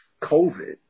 COVID